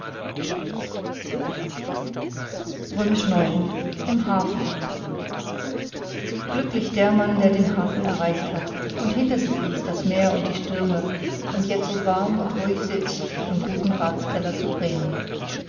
im hafen glücklich der mann der den hafen erreicht hat und hinter sich ließ das meer und die stürme und jetzo warm und ruhig sitzt im guten ratskeller zu bremen